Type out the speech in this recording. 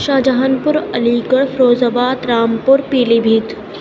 شاہ جہاں Aligarh Firozabad Rampur پیلی بھیت